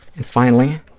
and finally,